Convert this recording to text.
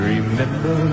Remember